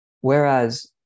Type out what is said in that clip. Whereas